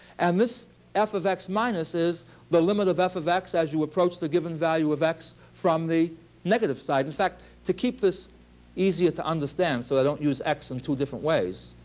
and this f is x minus is the limit of f of x as you approach the given value of x from the negative side. in fact, to keep this easier to understand so i don't use x in two different ways,